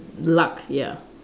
luck ya